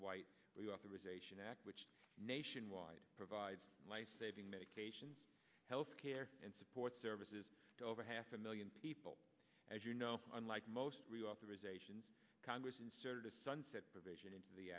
white the authorization act which nationwide provides life saving medications health care and support services to over half a million people as you know unlike most reauthorization congress inserted a sunset provision into the